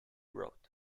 wrote